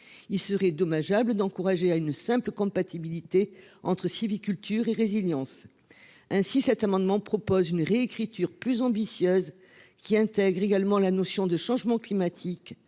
Il serait dommageable d'encourager à une simple compatibilité entre sylviculture et résilience ainsi cet amendement propose une réécriture plus ambitieuse qui intègre également la notion de changement climatique